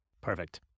Perfect